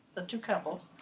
the two couples,